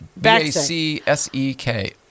b-a-c-s-e-k